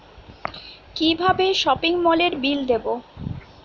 কিভাবে সপিং মলের বিল দেবো?